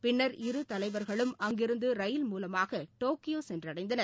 பின்னர் இருதலைவர்களும் அங்கிருந்து ரயில் மூலமாக டோக்கியோ சென்றடைந்தனர்